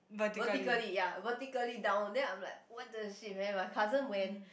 vertically ya vertically down then I'm like !what the shit! man my cousin went